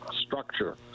structure